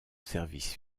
service